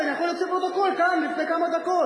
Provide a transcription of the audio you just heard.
אני יכול להוציא את הפרוטוקול כאן מלפני כמה דקות: